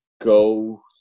go